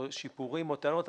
שיפורים או טענות,